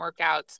workouts